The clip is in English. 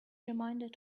reminded